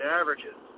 averages